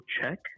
check